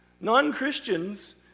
Non-Christians